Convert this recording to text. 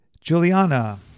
Juliana